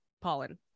pollen